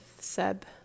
Seb